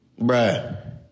bruh